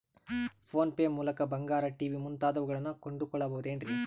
Phone pay ಮೂಲಕ ಬಂಗಾರ, TV ಮುಂತಾದವುಗಳನ್ನ ಕೊಂಡು ಕೊಳ್ಳಬಹುದೇನ್ರಿ?